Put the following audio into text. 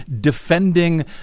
defending